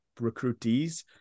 recruitees